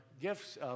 gifts